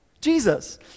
Jesus